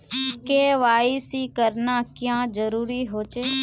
KYC करना क्याँ जरुरी होचे?